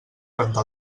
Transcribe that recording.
rentar